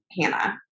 Hannah